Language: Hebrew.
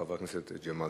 חבר הכנסת ג'מאל